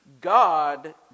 God